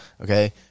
okay